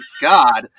god